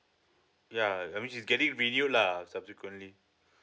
ya I mean she's getting renewed lah subsequently